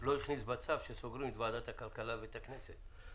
לא הכניס בצו שסוגרים את ועדת הכלכלה ואת הכנסת.